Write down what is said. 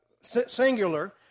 singular